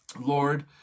Lord